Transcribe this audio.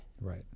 Right